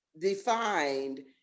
defined